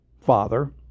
Father